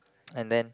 and then